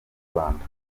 rwanda